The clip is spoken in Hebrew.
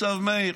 מאיר,